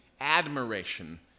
admiration